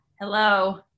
Hello